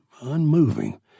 unmoving